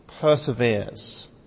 perseveres